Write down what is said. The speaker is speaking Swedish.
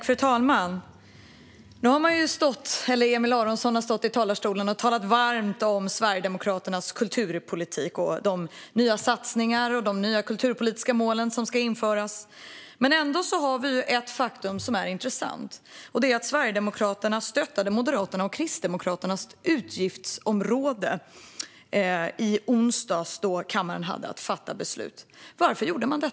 Fru talman! Nu har Aron Emilsson stått i talarstolen och talat varmt om Sverigedemokraternas kulturpolitik och de nya satsningar och kulturpolitiska mål som ska införas. Ändå har vi ett intressant faktum. Det är att Sverigedemokraterna stödde Moderaternas och Kristdemokraternas budgetförslag då kammaren skulle fatta beslut i onsdags. Varför gjorde man det?